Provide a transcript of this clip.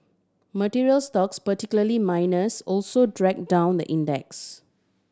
materials stocks particularly miners also drag down the index